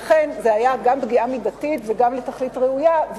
זו היתה גם פגיעה מידתית וגם לתכלית ראויה,